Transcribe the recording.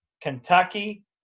Kentucky